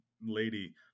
lady